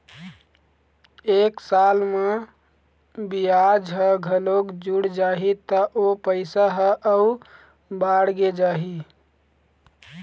एक साल म बियाज ह घलोक जुड़ जाही त ओ पइसा ह अउ बाड़गे जाही